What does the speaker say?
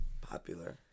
popular